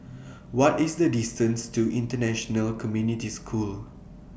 What IS The distance to International Community School